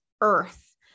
earth